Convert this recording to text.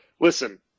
listen